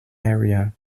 area